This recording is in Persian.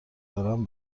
دارم